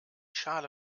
schale